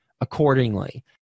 accordingly